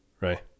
right